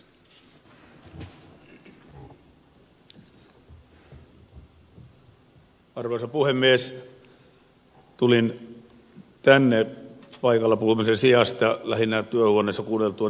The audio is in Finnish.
tulin paikalta puhumisen sijasta tänne korokkeelle kuunneltuani työhuoneessani ed